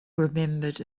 remembered